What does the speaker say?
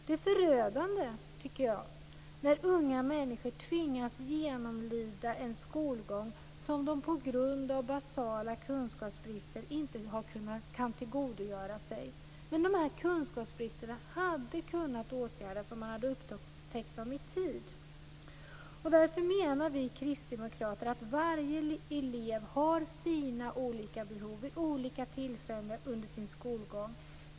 Det är förödande när unga människor tvingas genomlida en skolgång som de på grund av basala kunskapsbrister inte kan tillgodogöra sig. Men kunskapsbristerna hade kunnat åtgärdas om de upptäckts i tid. Därför menar vi kristdemokrater att varje elev har sina olika behov vid olika tillfällen under skolgången.